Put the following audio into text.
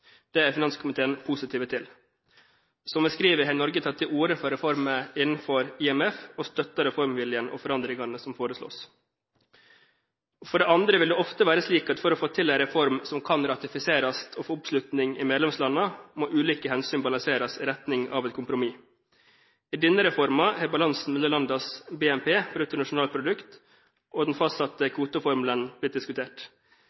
Det er finanskomiteen positiv til. Som vi skriver, har Norge tatt til orde for reformer innenfor IMF og støtter reformviljen og forandringene som foreslås. For det andre vil det ofte være slik at for å få til en reform som kan ratifiseres, og få oppslutning i medlemslandene må ulike hensyn balanseres i retning av et kompromiss. I denne reformen har balansen mellom landenes BNP og den fastsatte